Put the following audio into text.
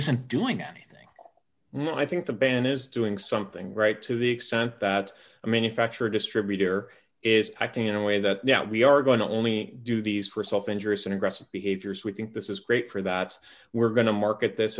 isn't doing anything and i think the band is doing something right to the extent that i mean a fractured distributor is acting in a way that now we are going to only do these for self interest and aggressive behaviors we think this is great for that we're going to market this